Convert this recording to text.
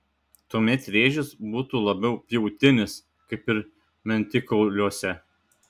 tuomet rėžis būtų labiau pjautinis kaip ir mentikauliuose